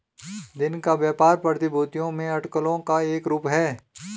दिन का व्यापार प्रतिभूतियों में अटकलों का एक रूप है